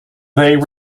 they